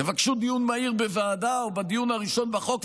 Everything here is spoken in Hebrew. תבקשו דיון מהיר בוועדה או בדיון הראשון בחוק,